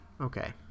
Okay